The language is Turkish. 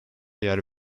yer